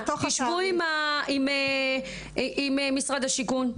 שבו עם משרד השיכון.